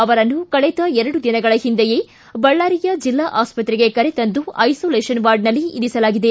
ಅವರನ್ನು ಕಳೆದ ಎರಡು ದಿನಗಳ ಒಂದೆಯೇ ಬಳ್ಳಾರಿಯ ಜಿಲ್ಲಾ ಆಸ್ಪತ್ತೆಗೆ ಕರೆ ತಂದು ಐಸೊಲೇಷನ್ ವಾರ್ಡನಲ್ಲಿ ಇರಿಸಲಾಗಿದೆ